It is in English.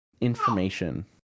information